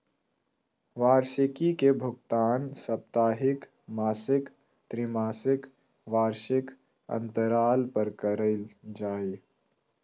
वार्षिकी के भुगतान साप्ताहिक, मासिक, त्रिमासिक, वार्षिक अन्तराल पर कइल जा हइ